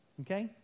Okay